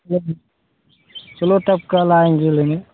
मतलब चलो तो तब कल आएँगे लेने